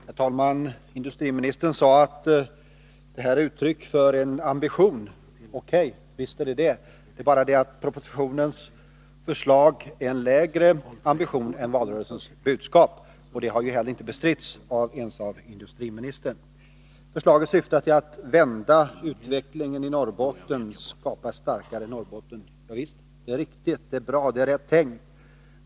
Herr talman! Industriministern sade att propositionen är ett uttryck för en ambition. O. K. — visst är den det! Men propositionens förslag har en lägre ambitionsnivå än valrörelsens budskap hade. Det har heller inte bestritts av industriministern. Förslaget syftar till att vända utvecklingen i Norrbotten och skapa ett starkare Norrbotten. Javisst, det är riktigt, det är bra, det är rätt tänkt!